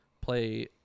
play